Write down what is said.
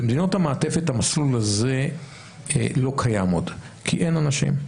במדינות המעטפת המסלול הזה לא קיים עוד כי אין אנשים.